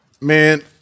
man